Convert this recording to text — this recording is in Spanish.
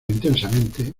intensamente